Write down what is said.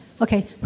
Okay